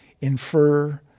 infer